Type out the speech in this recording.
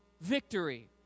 victory